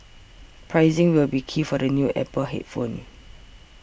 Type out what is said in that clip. pricing will be key for the new Apple headphones